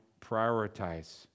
prioritize